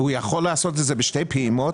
הוא יכול לעשות את זה בשתי פעימות,